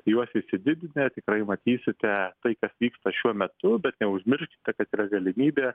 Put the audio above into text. juos išsididinę tikrai matysite tai kas vyksta šiuo metu bet neužmirškite kad yra galimybė